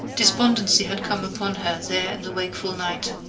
despondency had come upon her there in the wakeful night,